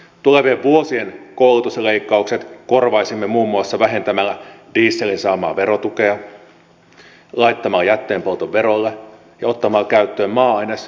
tulevien vuosien koulutusleikkaukset korvaisimme muun muassa vähentämällä dieselin saamaa verotukea laittamalla jätteenpolton verolle ja ottamalla käyttöön maa aines ja louhintaveron